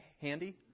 handy